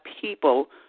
people